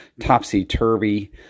topsy-turvy